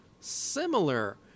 similar